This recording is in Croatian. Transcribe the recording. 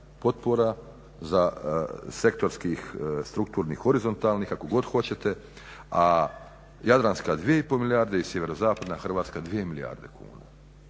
potpora za sektorskih strukturnih, horizontalnih kako god hoćete a Jadranska 2,5 milijarde i Sjeverozapadna Hrvatska 2 milijarde kuna.